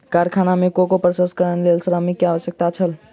कारखाना में कोको प्रसंस्करणक लेल श्रमिक के आवश्यकता छल